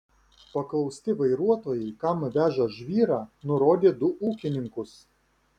paklausti vairuotojai kam veža žvyrą nurodė du ūkininkus